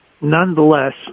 nonetheless